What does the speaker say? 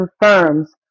confirms